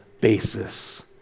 basis